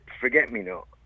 Forget-Me-Not